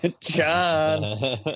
John